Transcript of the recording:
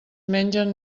mengen